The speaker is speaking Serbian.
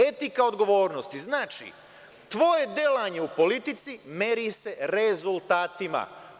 Etika odgovornosti, znači tvoje delanje u politici meri se rezultatima.